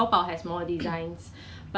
家乡 what then